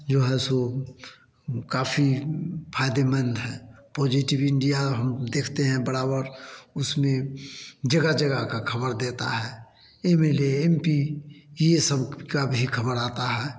जो है सो काफी फायदेमंद है पॉजिटिव इंडिया हम देखते हैं बराबर उसमें जगह जगह का खबर देता है एमएलए एमपी यह सब का भी खबर आता है